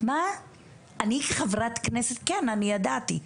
אני כחברת כנסת, כן, אני ידעתי.